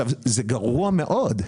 זה גרוע מאוד.